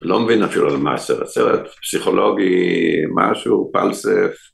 לא מבין אפילו על מה הסרט, הסרט פסיכולוגי משהו פלסף